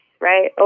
right